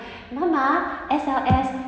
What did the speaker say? mamma S_L_S